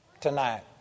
tonight